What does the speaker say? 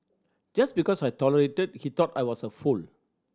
just because I tolerated he thought I was a fool